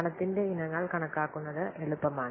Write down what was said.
പണത്തിന്റെ ഇനങ്ങൾ കണക്കാക്കുന്നത് എളുപ്പമാണ്